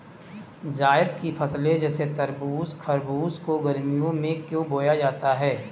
जायद की फसले जैसे तरबूज़ खरबूज को गर्मियों में क्यो बोया जाता है?